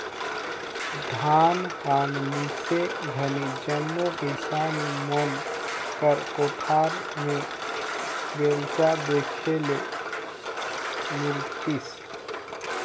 धान पान मिसे घनी जम्मो किसान मन कर कोठार मे बेलना देखे ले मिलतिस